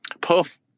puff